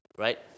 Right